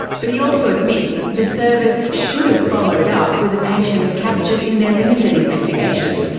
but he also admits the service should have followed up with the patients captured in their limited investigation.